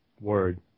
Word